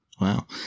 Wow